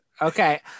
Okay